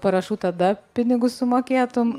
parašų tada pinigus sumokėtum